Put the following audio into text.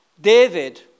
David